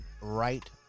right